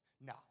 no